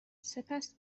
سپس